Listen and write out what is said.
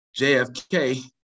JFK